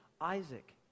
Isaac